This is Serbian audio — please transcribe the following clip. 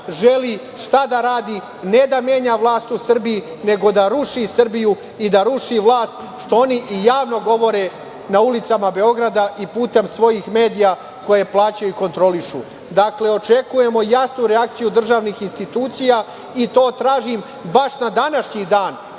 želi, šta da radi, ne da menja vlast u Srbiji, nego da ruši Srbiju i da ruši vlast, što oni i javno govore na ulicama Beograda i putem svojih medija koje plaćaju i kontrolišu. Dakle, očekujemo jasnu reakciju državnih institucija, i to tražim baš na današnji dan